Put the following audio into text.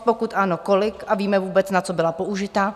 Pokud ano, kolik a víme vůbec, na co byla použita?